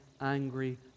angry